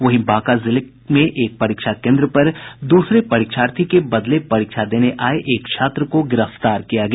वहीं बांका जिले में एक परीक्षा केन्द्र पर द्रसरे परीक्षार्थी के बदले परीक्षा देने आये फर्जी छात्र को गिरफ्तार किया गया